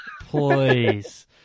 Please